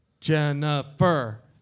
Jennifer